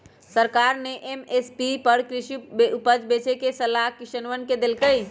सरकार ने एम.एस.पी पर कृषि उपज बेचे के सलाह किसनवन के देल कई